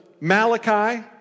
Malachi